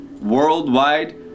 Worldwide